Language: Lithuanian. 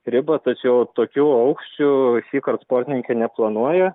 ribą tačiau tokių aukščių šįkart sportininkė neplanuoja